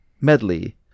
medley